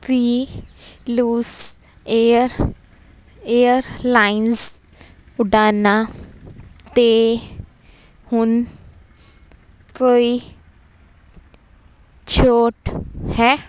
ਕੀ Luxair airlines ਉਡਾਣਾਂ 'ਤੇ ਹੁਣ ਕੋਈ ਛੋਟ ਹੈ